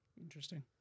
Interesting